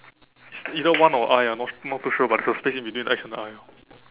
it's either one or I ah not not too sure but there's a space between X and I orh